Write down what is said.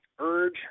urge